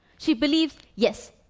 she believes, yes,